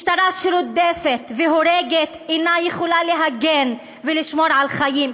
משטרה שרודפת והורגת אינה יכולה להגן ולשמור על החיים.